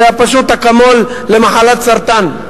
זה היה פשוט אקמול למחלת סרטן.